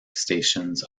stations